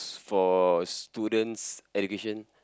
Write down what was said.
for student's education